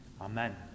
Amen